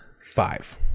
Five